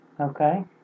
Okay